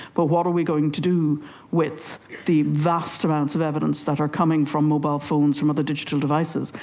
but what are we going to do with the vast amounts of evidence that are coming from mobile phones, from other digital devices,